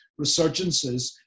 resurgences